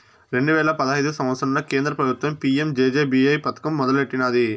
రెండు వేల పదహైదు సంవత్సరంల కేంద్ర పెబుత్వం పీ.యం జె.జె.బీ.వై పదకం మొదలెట్టినాది